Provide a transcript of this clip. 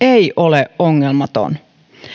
ei ole ongelmaton